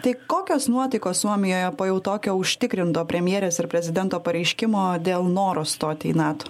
tai kokios nuotaikos suomijoje po jau tokio užtikrinto premjerės ir prezidento pareiškimo dėl noro stoti į nato